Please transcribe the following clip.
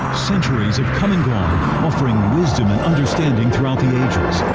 centuries have come and gone offering wisdom and understanding throughout the ages.